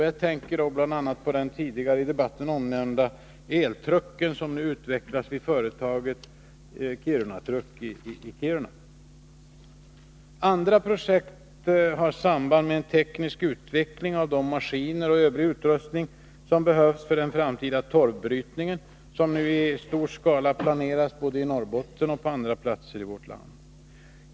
Jag tänker bl.a. på det tidigare i debatten omnämnda arbetet med den eltruck som nu utvecklas vid företaget Kiruna Truck i Kiruna. Andra projekt har samband med en teknisk utveckling av de maskiner och den övriga utrustning som behövs för den framtida torvbrytning som nu i stor skala planeras både i Norrbotten och på andra platser i vårt land.